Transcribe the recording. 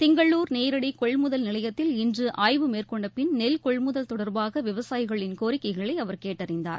திங்களூர் நேரடி கொள்முதல் நிலையத்தில் இன்று ஆய்வு மேற்கொண்ட பின் நெல் கொள்முதல் தொடர்பாக விவசாயிகளின் கோரிக்கைகளை அவர் கேட்டறிந்தார்